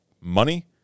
money